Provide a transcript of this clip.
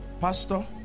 Pastor